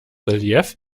relief